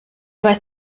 weiß